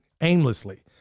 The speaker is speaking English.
aimlessly